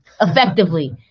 effectively